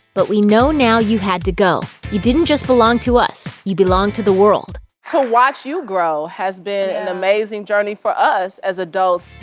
but we know now you had to go. you didn't just belong to us. you belonged to the world to watch you grow has been an amazing journey for us as adults.